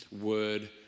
Word